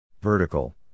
Vertical